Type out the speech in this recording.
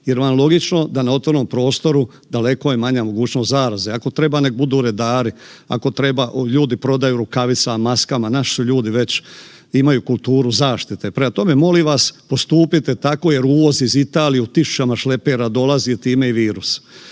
jer vam logično da na otvorenom prostoru daleko je manja mogućnost zaraze, ako treba nek budu redari, ako treba ljudi prodaju u rukavicama, maskama, naši ljudi već imaju kuluturu zaštite. Prema tome, molim vas postupite tako jer uvoz iz Italije u 1000-ćama šlepera dolazi, time i virus.